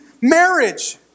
marriage